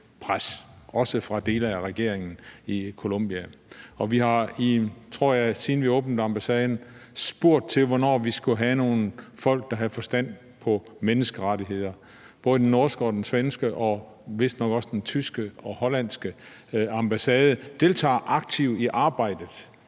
pres, også fra dele af regeringens side i Colombia, og vi har, siden vi åbnede ambassaden, tror jeg, spurgt til, hvornår vi skulle have nogle folk, der havde forstand på menneskerettigheder. Både den norske og den svenske og vistnok også den tyske og hollandske ambassade deltager aktivt i arbejdet